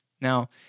Now